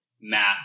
math